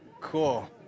Cool